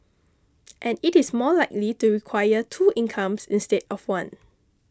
and it is more likely to require two incomes instead of one